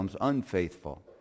unfaithful